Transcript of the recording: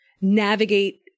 navigate